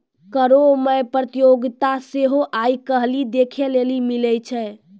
करो मे प्रतियोगिता सेहो आइ काल्हि देखै लेली मिलै छै